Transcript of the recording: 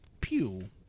pew